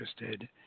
interested